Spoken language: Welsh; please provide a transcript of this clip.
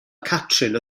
catrin